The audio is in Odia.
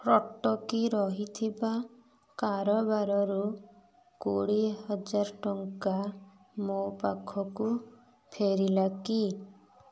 ଅଟକି ରହିଥିବା କାରବାରରୁ କୋଡ଼ିଏ ହଜାର ଟଙ୍କା ମୋ ପାଖକୁ ଫେରିଲା କି